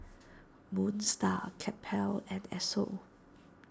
Moon Star Campbell's and Esso